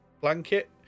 blanket